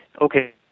okay